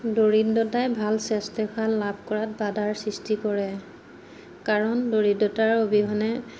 দৰিদ্ৰতাই ভাল স্বাস্থ্যসেৱা লাভ কৰাত বাধাৰ সৃষ্টি কৰে কাৰণ দৰিদ্ৰতাৰ অবিহনে